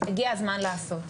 הגיע הזמן לעשות,